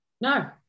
No